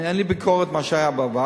אין לי ביקורת על מה שהיה בעבר.